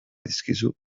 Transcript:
dizkizu